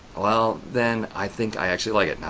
well, then i think i actually like it.